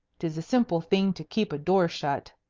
tis a simple thing to keep a door shut.